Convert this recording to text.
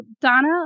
Donna